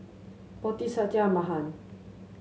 Potti Satya Mahan